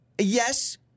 Yes